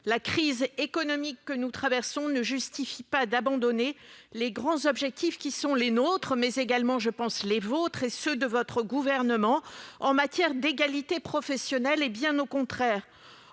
La crise économique que nous traversons ne justifie pas d'abandonner les grands objectifs qui sont les nôtres, mais également les vôtres, madame la ministre, ainsi que ceux de votre gouvernement en matière d'égalité professionnelle, bien au contraire.